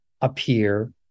appear